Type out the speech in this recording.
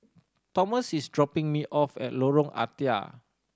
Thomas is dropping me off at Lorong Ah Thia